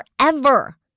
forever